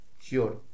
Sure